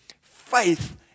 faith